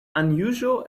unusual